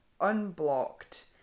unblocked